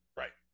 right